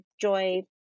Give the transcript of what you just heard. joy